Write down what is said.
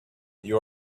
you